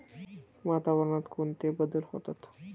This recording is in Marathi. वातावरणात कोणते बदल होतात?